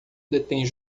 detém